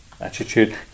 attitude